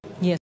yes